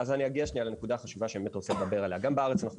אני אגיע לנקודה חשובה שבאמת אני רוצה לדבר עליה.